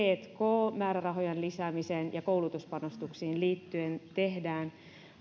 tk määrärahojen lisäämiseen ja koulutuspanostuksiin liittyen tehdään